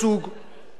רק על לחם אחיד.